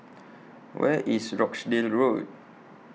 Where IS Rochdale Road